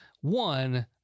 one